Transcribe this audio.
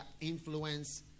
influence